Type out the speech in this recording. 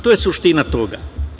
To je suština toga.